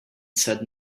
said